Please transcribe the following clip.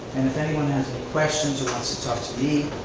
and if anyone has any questions or want to talk to me,